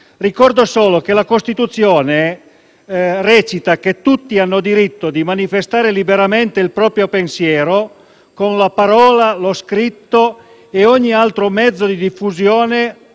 Ricordo solo che la Costituzione, all'articolo 21, così recita: «Tutti hanno diritto di manifestare liberamente il proprio pensiero con la parola, lo scritto e ogni altro mezzo di diffusione.